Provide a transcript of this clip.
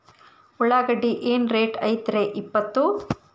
ಉಳ್ಳಾಗಡ್ಡಿ ಏನ್ ರೇಟ್ ಐತ್ರೇ ಇಪ್ಪತ್ತು?